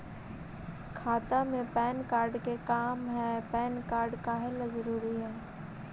खाता में PAN card के का काम है पैन कार्ड काहे ला जरूरी है?